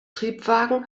triebwagen